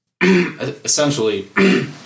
Essentially